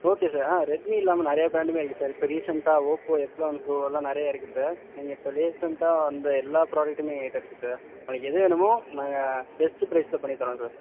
okay sir ஆ Redmi இல்லாமல் நிறையா பிராண்டும் இருக்குது சார் இப்போ ரீசெண்டாக ஓப்போ எக்ஸ் லெவன் ப்ரோலாம் நிறையா இருக்குது சார் நீங்கள் இப்போது ரீசெண்டாக வந்த எல்லா ஃப்ராடக்ட்டும் எங்கள் கிட்டே இருக்குது சார் உங்களுக்கு எது வேணுமோ நாங்கள் பெஸ்ட்டு ப்ரைஸில் பண்ணித்தர்றோம் சார்